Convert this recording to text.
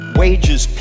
wages